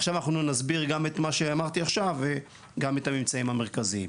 עכשיו אנחנו נסביר גם את מה שאמרתי עכשיו וגם את הממצאים המרכזיים.